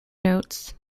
notes